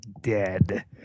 dead